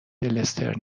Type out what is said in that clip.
دلستر